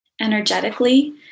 Energetically